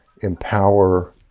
empower